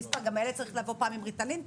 גם הילד צריך לבוא פעם עם ריטלין,